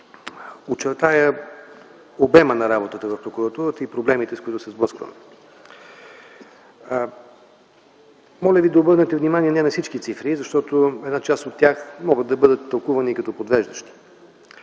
очертая обема на работата в Прокуратурата и проблемите, с които се сблъскваме. Моля ви да обърнете внимание – не на всички цифри, защото една част от тях могат да бъдат тълкувани и като подвеждащи: